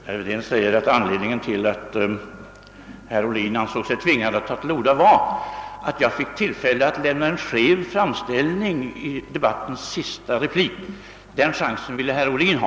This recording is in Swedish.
Herr talman! Herr Wedén säger att anledningen till att herr Ohlin ansåg sig tvungen att ta till orda var att jag fick tillfälle att göra en skev framställning i den föregående debattens sista replik. Den chansen ville herr Ohlin ha.